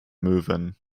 möwen